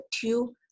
two